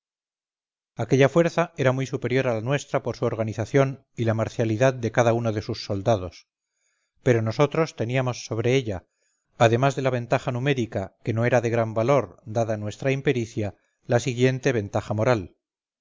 aquella fuerza era muy superior a la nuestra por su organización y la marcialidad de cada uno de sus soldados pero nosotros teníamos sobre ella además de la ventaja numérica que no era de gran valor dada nuestra impericia la siguiente ventaja moral